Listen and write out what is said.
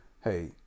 hey